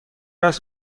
است